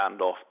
standoff